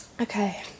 Okay